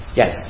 yes